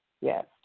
yes